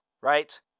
right